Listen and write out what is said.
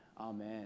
amen